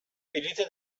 بلیت